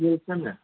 હા કેમ